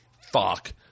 fuck